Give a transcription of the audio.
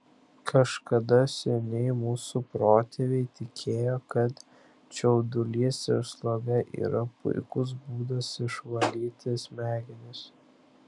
kažkada seniai mūsų protėviai tikėjo kad čiaudulys ir sloga yra puikus būdas išvalyti smegenis